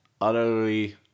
utterly